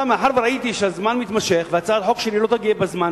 מאחר שראיתי שהזמן מתמשך והצעת החוק שלי לא תגיע בזמן,